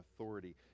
authority